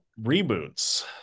reboots